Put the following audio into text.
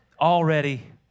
Already